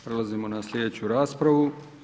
Prelazimo na sljedeću raspravu.